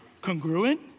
congruent